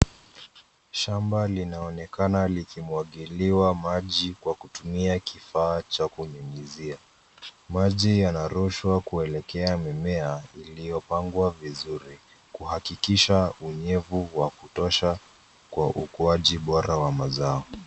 Shamba linaonekana likimwagiliwa maji kwa kutumia kifaa cha kunyunyizia. Maji yanarushwa kuelekea mimea iliyopangwa vizuri, kuhakikisha unyevu wa kutosha kwa ukuaji bora wa mazao.